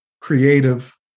creative